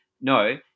No